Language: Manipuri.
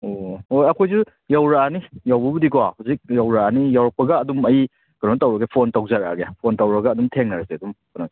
ꯑꯣ ꯍꯣꯏ ꯍꯣꯏ ꯑꯩꯈꯣꯏꯁꯨ ꯌꯧꯔꯛꯑꯅꯤ ꯌꯧꯕꯕꯨꯗꯤꯀꯣ ꯍꯧꯖꯤꯛ ꯌꯧꯔꯛꯑꯅꯤ ꯌꯧꯔꯛꯄꯒ ꯑꯗꯨꯝ ꯑꯩ ꯀꯩꯅꯣ ꯇꯧꯔꯒꯦ ꯐꯣꯟ ꯇꯧꯖꯔꯛꯑꯒꯦ ꯐꯣꯟ ꯇꯧꯔꯒ ꯑꯗꯨꯝ ꯊꯦꯡꯅꯔꯁꯦ ꯑꯗꯨꯝ